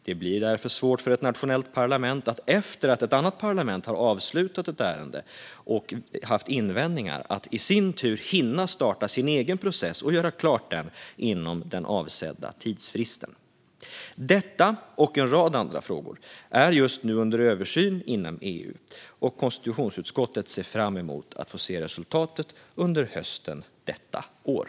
Det blir därför svårt för ett nationellt parlament att i sin tur, efter att ett annat parlament har avslutat ett ärende och haft invändningar, hinna starta sin egen process och göra klart den inom den avsatta tidsfristen. Detta och en rad andra frågor är just nu under översyn inom EU. Konstitutionsutskottet ser fram emot att få se resultatet under hösten detta år.